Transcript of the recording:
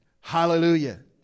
Hallelujah